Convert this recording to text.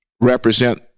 represent